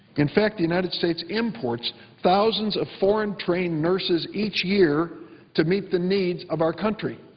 in fact, the united states imports thousands of foreign trained nurses each year to meet the needs of our country.